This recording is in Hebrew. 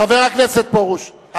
חבר הכנסת פרוש.